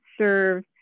serve